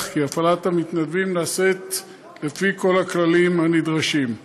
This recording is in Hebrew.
כי הפעלת המתנדבים נעשית לפי כל הכללים הנדרשים.